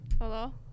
Hello